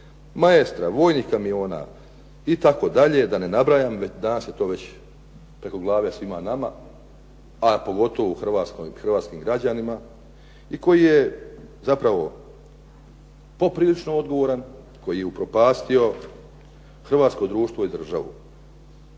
Maestra, vojnih kamiona, itd. da ne nabrajam danas je to već preko glave svima nama. A pogotovo hrvatskim građanima i koji je zapravo poprilično odgovoran, koji je upropastio hrvatsko društvo i državu.